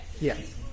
Yes